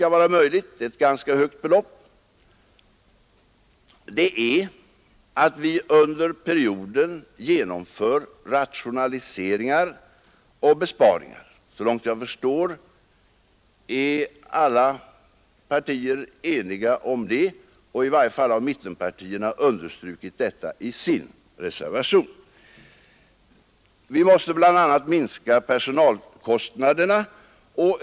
En förutsättning för att det skall vara möjligt är, att vi under perioden genomför rationaliseringar och besparingar. Såvitt jag förstår är alla partier ense om det; i varje fall har mittenpartierna understrukit detta i sin reservation. Vi måste bl.a. minska personalkostnaderna.